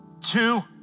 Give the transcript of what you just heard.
two